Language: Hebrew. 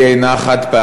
והיא אינה חד-פעמית.